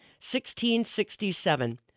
1667